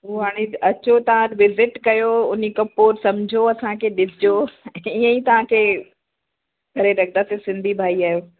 उहो हाणे अचो तव्हां विज़िट कयो उन्हीअ खां पोइ सम्झो असांखे ॾिसिजो ईअं ई तव्हां खे करे रखंदासीं सिंधी भाई आहियो